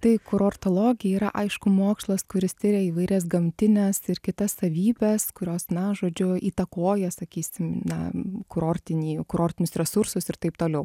tai kurortologija yra aišku mokslas kuris tiria įvairias gamtines ir kitas savybes kurios na žodžiu įtakoja sakysim na kurortinį kurortinius resursus ir taip toliau